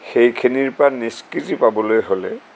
সেইখিনিৰ পৰা নিষ্কিজি পাবলৈ হ'লে